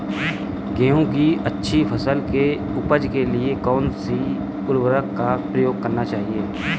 गेहूँ की अच्छी फसल की उपज के लिए कौनसी उर्वरक का प्रयोग करना चाहिए?